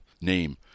name